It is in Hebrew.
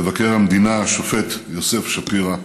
מבקר המדינה השופט יוסף שפירא,